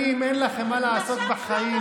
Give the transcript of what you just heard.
ארבע שנים אין לכם מה לעשות בחיים,